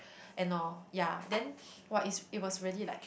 and all ya then !wah! it it was really like